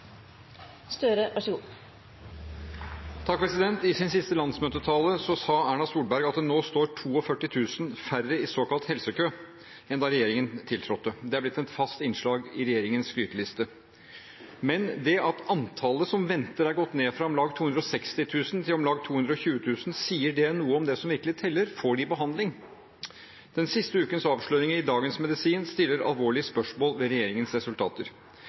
Støre. I sin siste landsmøtetale sa Erna Solberg at det nå står 42 000 færre i såkalt helsekø enn da regjeringen tiltrådte. Det er blitt et fast innslag i regjeringens skryteliste. Men det at antallet som venter, har gått ned fra om lag 260 000 til om lag 220 000, sier det noe om det som virkelig teller – får de behandling? Den siste ukens avsløringer i Dagens Medisin stiller alvorlige spørsmål ved regjeringens resultater.